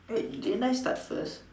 wait didn't I start first